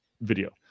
video